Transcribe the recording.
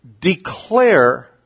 declare